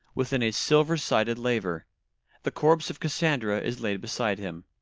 within a silver-sided laver the corpse of cassandra is laid beside him.